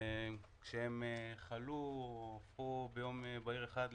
וכשהם חלו או הפכו ביום בהיר אחד לנכים,